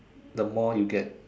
the more you get